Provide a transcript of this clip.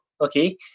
Okay